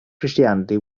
christianity